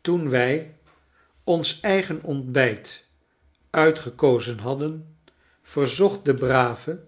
toen wij ons eigen ontbijt uitgekozen hadden verzocht de brave